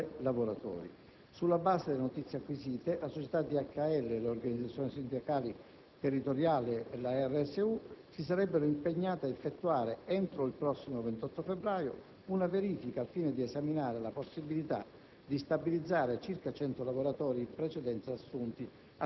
per un numero massimo di 502 lavoratori. Sulla base delle notizie acquisite, la società DHL, le organizzazioni sindacali territoriali e le rappresentanze sindacali unitarie si sarebbero impegnate ad effettuare, entro il prossimo 28 febbraio, una verifica al fine di esaminare la possibilità